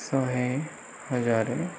ଶହେ ହଜାରେ